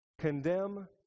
condemn